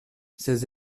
ces